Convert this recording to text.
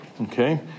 okay